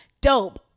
dope